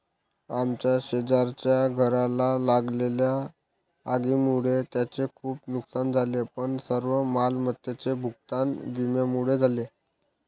आमच्या शेजारच्या घराला लागलेल्या आगीमुळे त्यांचे खूप नुकसान झाले पण सर्व मालमत्तेचे भूगतान विम्यामुळे झाले